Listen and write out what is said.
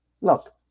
Look